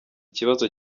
kibazo